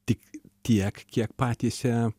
tik tiek kiek patys ją